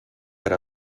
per